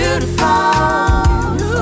Beautiful